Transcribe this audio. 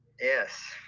Yes